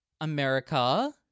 America